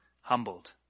humbled